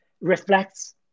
reflects